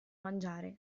mangiare